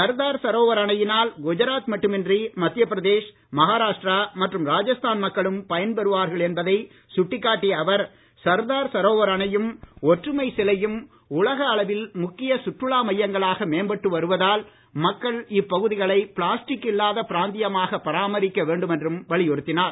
சர்தார் சரோவர் அணையினால் குஜராத் மட்டுமின்றி மத்திய பிரதேஷ் மகாராஷ்டிரா மற்றும் ராஜஸ்தான் மக்களும் பயன்பெறுவார்கள் என்பதை சுட்டிக்காட்டிய அவர் சர்தார் சரோவர் அணையும் ஒற்றுமைச் சிலையும் உலக அளவில் முக்கிய சுற்றுலா மையங்களாக மேம்பட்டு வருவதால் மக்கள் இப்பகுதிகளை பிளாஸ்டிக் இல்லாத பிராந்தியமாக பராமரிக்க வேண்டும் என்றும் வலியுறுத்தினார்